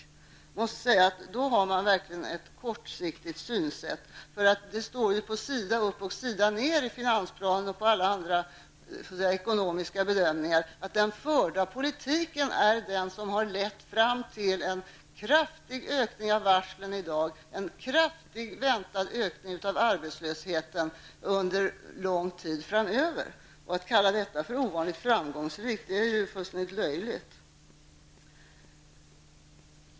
Jag måste säga att då har man verkligen ett kortsiktigt synsätt. Det står ju på sida upp och sida ner i finansplanen och i alla andra ekonomiska bedömningar att den förda politiken har lett fram till en kraftig ökning av varslen i dag, en kraftig väntad ökning arbetslösheten under lång tid framöver. Att kalla detta ovanligt framgångsrikt är ju fullständigt löjligt.